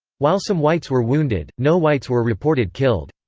while some whites were wounded, no whites were reported killed.